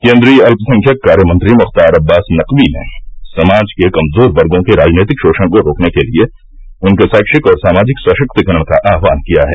केंद्रीय अल्पसंख्यक कार्य मंत्री मुख्तार अब्बास नकवी ने समाज के कमज़ोर वर्गो के राजनीतिक शोषण को रोकने के लिए उनके शैक्षिक और सामाजिक सशक्तिकरण का आस्वान किया है